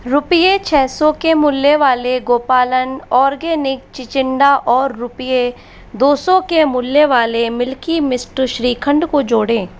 रुपये छः सौ के मूल्य वाले गोपालन ओर्गेनिक चिचिण्डा और रूपये दो सौ के मूल्य वाले मिल्की मिस्ट श्रीखंड को जोड़ें